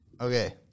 Okay